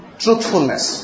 truthfulness